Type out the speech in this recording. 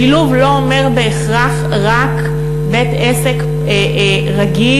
שילוב לא אומר בהכרח רק בית-עסק רגיל,